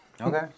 Okay